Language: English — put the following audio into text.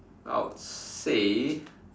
I would say